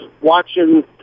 watching